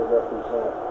represent